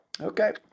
Okay